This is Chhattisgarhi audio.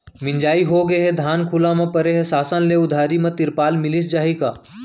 मिंजाई होगे हे, धान खुला म परे हे, शासन ले उधारी म तिरपाल मिलिस जाही का?